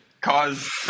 cause